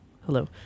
hello